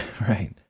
Right